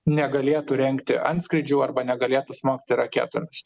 negalėtų rengti antskrydžių arba negalėtų smogti raketomis